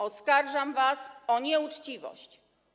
Oskarżam was o nieuczciwość.